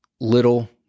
Little